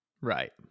right